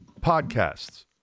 podcasts